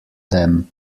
them